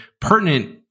pertinent